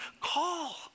Call